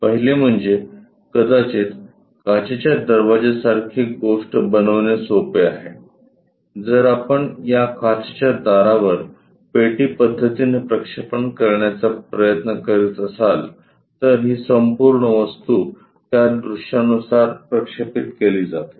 पहिले म्हणजे कदाचित काचेच्या दरवाजासारखी एक गोष्ट बनवणे सोपे आहे जर आपण या काचेच्या दारावर पेटी पद्धतीने प्रक्षेपण करण्याचा प्रयत्न करीत असाल तर ही संपूर्ण वस्तू या दृश्यांनुसार प्रक्षेपीत केली जाते